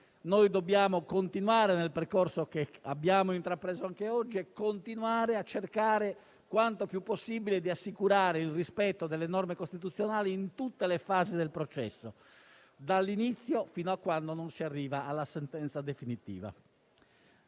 noi dobbiamo continuare nel percorso che abbiamo intrapreso anche oggi e continuare a cercare, quanto più possibile, di assicurare il rispetto delle norme costituzionali in tutte le fasi del processo, dall'inizio fino a quando si arriva alla sentenza definitiva.